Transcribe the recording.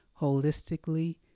holistically